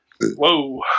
Whoa